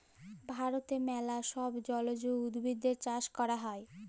ভারতে ম্যালা ছব জলজ উদ্ভিদেরলে চাষট ক্যরা হ্যয়